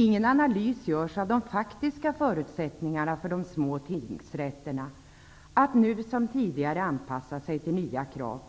Ingen analys görs av de faktiska förutsättningarna för de små tingsrätterna att nu som tidigare anpassa sig till nya krav.